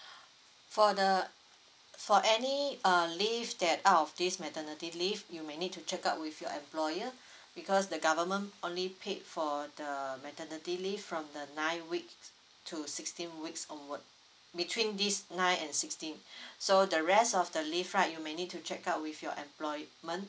for the for any uh leave that out of these maternity leave you may need to check out with your employer because the government only paid for the maternity leave from the nine week to sixteen weeks onward between this nine and sixteen so the rest of the leave right you may need to check out with your employment